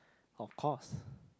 of course